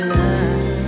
love